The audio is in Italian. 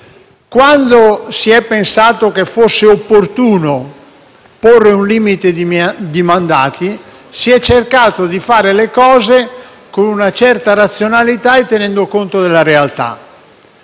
Quando si è pensato che fosse opportuno porre un limite di mandati, si è cercato di procedere con una certa razionalità e tenendo conto della realtà.